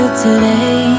today